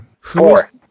Four